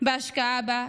בהשקעה בה,